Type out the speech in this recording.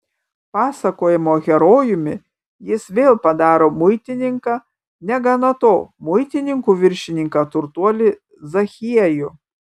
pasakojimo herojumi jis vėl padaro muitininką negana to muitininkų viršininką turtuolį zachiejų